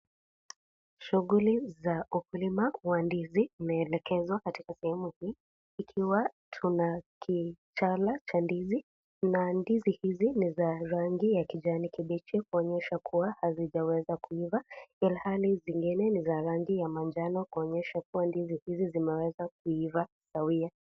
Shughuli za ukulima wa ndizi, zimeekekezwa katika sehemu hii. Ikiwa tuna kichana cha ndizi na ndizi hizi ni za rangi ya kijani kibichi, kuonyesha kuwa hazijaweza kuivaa ilhali zingine ni za rangi ya manjano kuonyesha kuwa ndizi hizi zimeiva sawia.